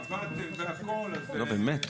נו, באמת.